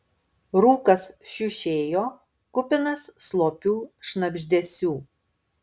rūkas šiušėjo kupinas slopių šnabždesių